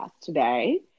today